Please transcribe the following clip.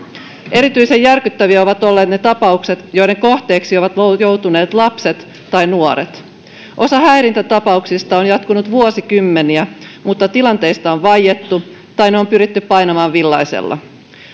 erityisen järkyttäviä ovat olleet ne tapaukset joiden kohteeksi ovat joutuneet lapset tai nuoret osa häirintätapauksista on jatkunut vuosikymmeniä mutta tilanteista on vaiettu tai ne on pyritty painamaan villaisella